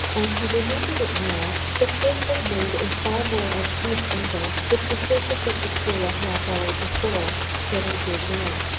as he remembered it now, the cake had made a far more obtuse angle with the surface of the pool a half-hour before than it did now.